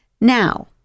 Now